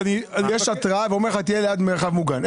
יש התרעה ואומר לך: תהיה ליד מרחב מוגן.